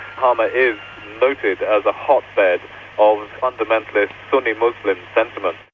hama is noted as a hotbed of fundamentalist sunni muslim sentiment.